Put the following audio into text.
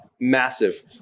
massive